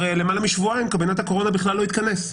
למעלה משבועיים קבינט הקורונה בכלל לא התכנס.